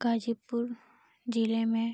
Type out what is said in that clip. गाजीपुर ज़िले में